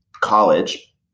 college